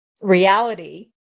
reality